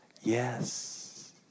Yes